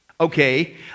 okay